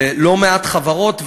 ללא מעט חברות,